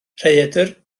rhaeadr